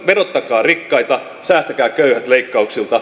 verottakaa rikkaita säästäkää köyhät leikkauksilta